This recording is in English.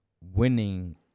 winning